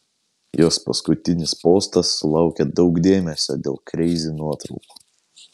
jos paskutinis postas sulaukė daug dėmesio dėl kreizi nuotraukų